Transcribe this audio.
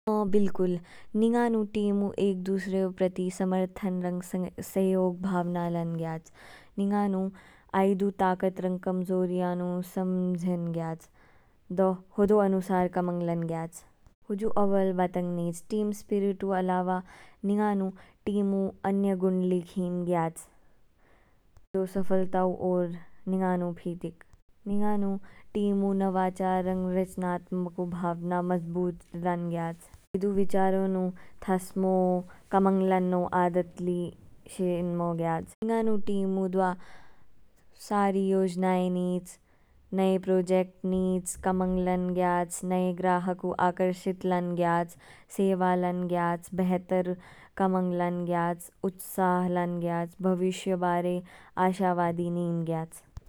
औं बिलकुल, निंगा नु टीमू एक दूसरे ऊ प्रति समर्थन रौंग सहयोग भावना लान ज्ञाच। निंगा नु आइदु ताकत रोंग कमजोरी पोंग समजेन ज्ञाच, दो होदो अनुसार कामोंग लान ज्ञाच। हुजु ओबोल बातोंग नीज, टीम स्पिरिटु अलावा निंगा नु टीमू अन्य गुण ली खीम ज्ञाच। सफलताऊ ओर निंगा नू फिलोक, निंगा नू टीमू नवारा रोंग वेस्नात्मकु भावना मजबूत लान ज्ञाच, दू विचारो नू थासमो, कामोंग लानमो आदत ली शेनमो ज्ञाच। निंगा नू टीमू द्वा सारी योजनाए नीच, नए प्रोजेक्ट नीच, कामोंग लान ज्ञाच, नए ग्राहकु आकर्षित लान ग्याच, सेवा लान ज्ञाच, बेहतर कामोंग लान ज्ञाच, उत्साह लान ज्ञाच, भविष्य बारे आशावादि नीम ज्ञाच।